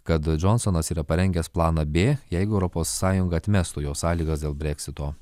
kad džonsonas yra parengęs planą b jeigu europos sąjunga atmestų jo sąlygas dėl breksito